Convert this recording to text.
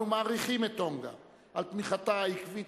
אנחנו מעריכים את טונגה על תמיכתה העקבית